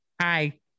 Hi